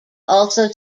also